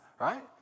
right